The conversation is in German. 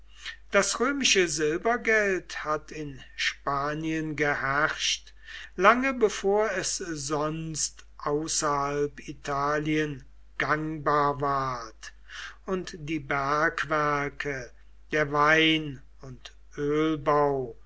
das römische silbergeld hat in spanien geherrscht lange bevor es sonst außerhalb italien gangbar ward und die bergwerke der wein und ölbau